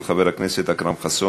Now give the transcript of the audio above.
של חבר הכנסת אכרם חסון.